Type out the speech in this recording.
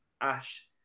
Ash